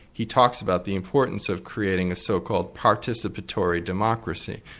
he talks about the importance of creating a so-called participatory democracy,